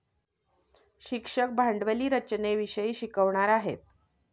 शिक्षक भांडवली रचनेविषयी शिकवणार आहेत